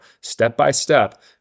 step-by-step